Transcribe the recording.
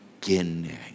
beginning